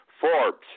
Forbes